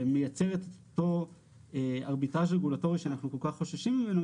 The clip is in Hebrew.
שמייצרת את אותו ארביטאז' רגולטורי שאנחנו כל כך חוששים ממנו,